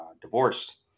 divorced